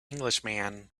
englishman